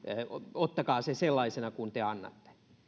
ottakaa se sellaisena kuin te annatte